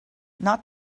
not